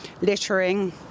littering